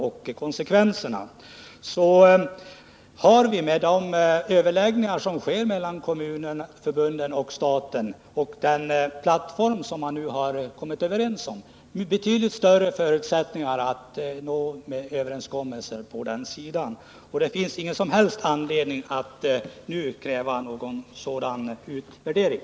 Det sker emellertid överläggningar mellan kommunförbunden och staten, och med den plattform som man nu kommit överens om har man betydligt större förutsättningar att nå överenskommel ser på den sidan. Det finns därför ingen som helst anledning att nu kräva någon sådan utvärdering.